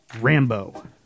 Rambo